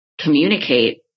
communicate